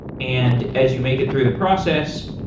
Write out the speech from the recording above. and as you make it through the process,